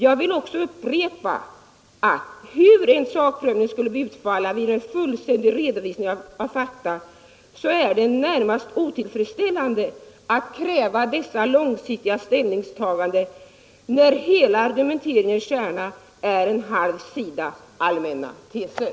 Jag vill också upprepa att hur än sakprövningen skulle utfalla vid en fullständig redovisning av fakta så är det närmast otillfredsställande att kräva dessa långsiktiga ställningstaganden när hela argumenteringens kärna är en halv sida allmänna teser.